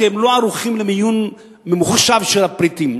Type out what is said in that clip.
הם לא ערוכים למיון ממוחשב של הפריטים,